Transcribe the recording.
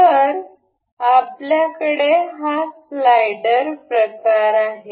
तर आपल्याकडे हा स्लाइडर प्रकार आहे